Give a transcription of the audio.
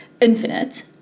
infinite